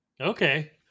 Okay